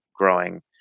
growing